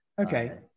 Okay